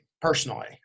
personally